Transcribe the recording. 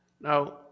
Now